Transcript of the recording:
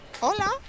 Hola